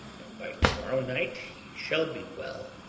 and by to-morrow night he shall be well.